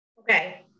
Okay